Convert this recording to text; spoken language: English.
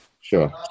Sure